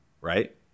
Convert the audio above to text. right